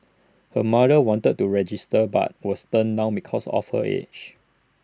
her mother wanted to register but was turned down because of her age